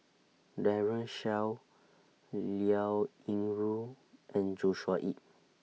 Daren Shiau Liao Yingru and Joshua Ip